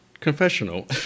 confessional